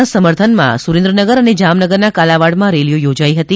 ના સમર્થમાં સુરેન્દ્રનગર અને જામનગરના કાલાવાડમાં રેલીઓ યોજાઈ હતી